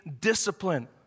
discipline